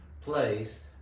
place